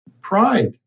pride